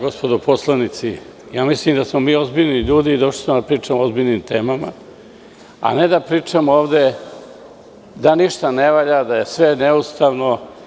Znate šta, gospodo poslanici, mislim da smo ozbiljni ljudi i došli smo da pričamo o ozbiljnim temama, a ne da pričamo ovde da ništa ne valja, da je sve neustavno.